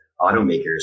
automakers